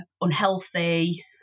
unhealthy